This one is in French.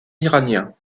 iranien